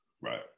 Right